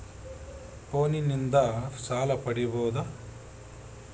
ಫೋನಿನಿಂದ ಸಾಲ ಪಡೇಬೋದ?